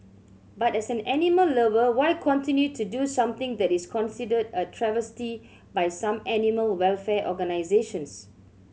but as an animal lover why continue to do something that is considered a travesty by some animal welfare organisations